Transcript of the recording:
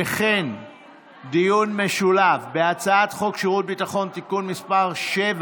וכן להצעת חוק שירות ביטחון (תיקון מס' 7